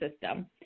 system